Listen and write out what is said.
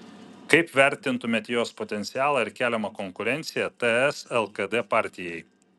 kaip vertintumėte jos potencialą ir keliamą konkurenciją ts lkd partijai